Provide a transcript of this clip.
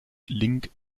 link